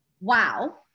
Wow